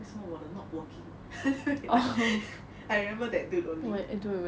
为什么我的 not working I remember that dude only